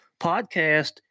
Podcast